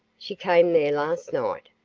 she came there last night.